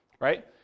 right